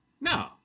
no